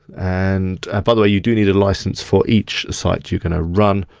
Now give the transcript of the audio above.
and by the way you do need a licence for each site you're gonna run,